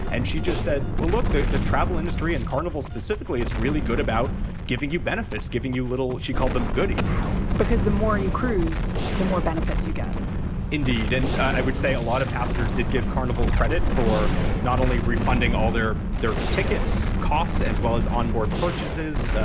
and she just said, well, look, the the travel industry and carnival specifically is really good about giving you benefits, giving you little she called them goodies because the more you cruise, the more benefits you get indeed. and i would say a lot of passengers did give carnival credit for not only refunding all their their tickets costs as well as onboard purchases.